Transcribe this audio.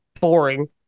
boring